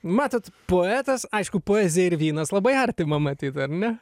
matot poetas aišku poezija ir vynas labai artima matyt ar ne